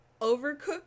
overcooked